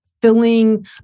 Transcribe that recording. filling